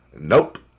Nope